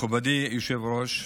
מכובדי היושב-ראש,